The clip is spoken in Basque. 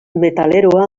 metaleroa